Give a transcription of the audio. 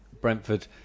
Brentford